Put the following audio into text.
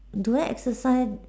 do I exercise